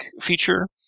feature